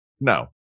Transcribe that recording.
No